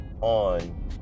on